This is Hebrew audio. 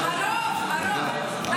אני אמרתי: רוב, הרוב, הרוב --- דקה, דקה.